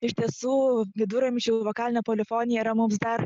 iš tiesų viduramžių vokalinė polifonija yra mums dar